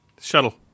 Shuttle